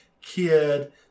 kid